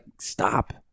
stop